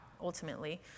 ultimately